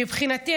מבחינתי,